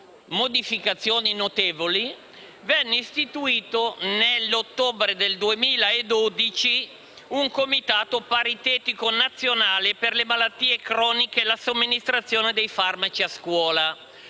modificazioni notevoli), venne istituito un Comitato paritetico nazionale per le malattie croniche e la somministrazione dei farmaci a scuola;